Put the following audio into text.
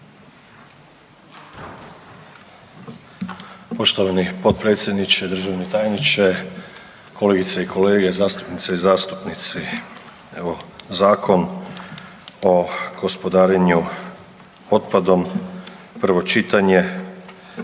Poštovani potpredsjedniče, državni tajniče, kolegice i kolege, zastupnice i zastupnici. Evo Zakon o gospodarenju otpadom prvo čitanje